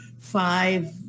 five